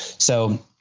so,